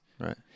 Right